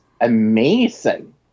amazing